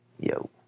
Yo